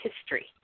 history